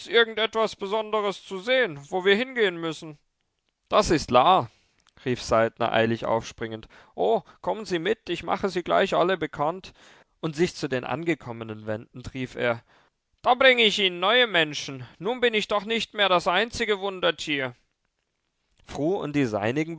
etwas besonderes zu sehen wo wir hingehen müssen das ist la rief saltner eilig aufspringend oh kommen sie mit ich mache sie gleich alle bekannt und sich zu den angekommenen wendend rief er da bringe ich ihnen neue menschen nun bin ich doch nicht mehr das einzige wundertier fru und die seinigen